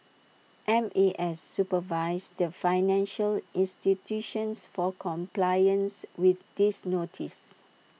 M A S supervises the financial institutions for compliance with these notices